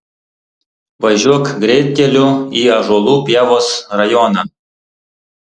važiuok greitkeliu į ąžuolų pievos rajoną